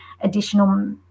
additional